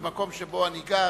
במקום שבו אני גר,